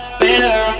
better